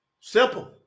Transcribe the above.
Simple